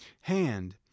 hand